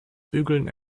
bügeln